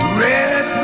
red